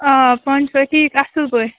آ پانہٕ چھِوا ٹھیٖک اَصٕل پٲٹھۍ